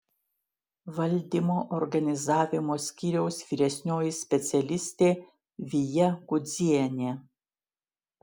valdymo organizavo skyriaus vyresnioji specialistė vija kudzienė